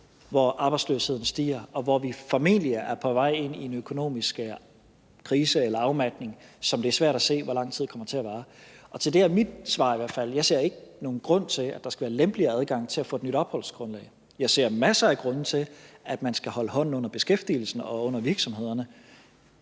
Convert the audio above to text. hvor arbejdsløsheden stiger, og hvor vi formentlig er på vej ind i en økonomisk krise eller afmatning, som det er svært at se hvor lang tid kommer til at vare? Og til det er mit svar i hvert fald: Jeg ser ikke nogen grund til, at der skal være lempeligere adgang til at få et nyt opholdsgrundlag. Jeg ser masser af grunde til, at man skal holde hånden under beskæftigelsen og under virksomhederne.